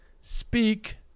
speak